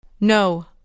No